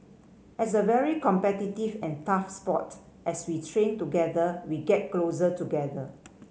as a very competitive and tough sport as we train together we get closer together